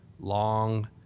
long